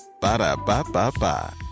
Ba-da-ba-ba-ba